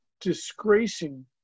disgracing